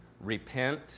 Repent